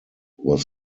was